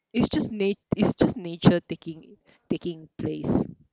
it's just na~ it's just nature taking taking place